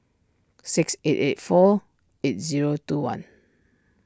six eight eight four eight zero two one